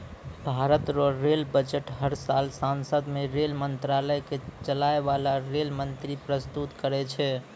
भारत रो rail budget हर साल सांसद मे रेल मंत्रालय के चलाय बाला रेल मंत्री परस्तुत करै छै